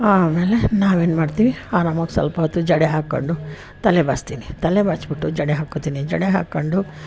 ಆಮೇಲೆ ನಾವೇನ್ಮಾಡ್ತೀವಿ ಆರಾಮ್ವಾಗಿ ಸ್ವಲ್ಪ ಹೊತ್ತು ಜಡೆ ಹಾಕ್ಕೊಂಡು ತಲೆ ಬಾಚ್ತೀನಿ ತಲೆ ಬಾಚಿಬಿಟ್ಟು ಜಡೆ ಹಾಕೊತೀನಿ ಜಡೆ ಹಾಕ್ಕೊಂಡು